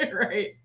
Right